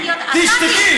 תשתקי.